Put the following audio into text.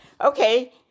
Okay